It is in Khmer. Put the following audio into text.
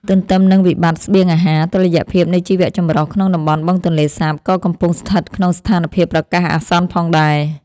ទន្ទឹមនឹងវិបត្តិស្បៀងអាហារ តុល្យភាពនៃជីវៈចម្រុះក្នុងតំបន់បឹងទន្លេសាបក៏កំពុងស្ថិតក្នុងស្ថានភាពប្រកាសអាសន្នផងដែរ។